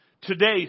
Today